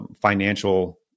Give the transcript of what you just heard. financial